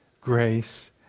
grace